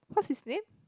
what's his name